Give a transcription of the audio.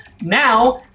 now